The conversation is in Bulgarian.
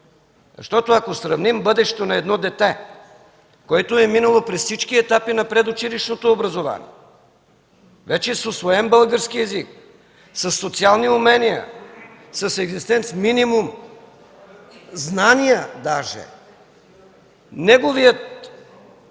Защото, ако сравним бъдещето на едно дете, което е минало през всички етапи на предучилищното образование, вече с усвоен български език, със социални умения, с екзистенц-минимум знания дори, неговият път на